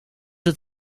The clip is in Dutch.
dat